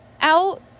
out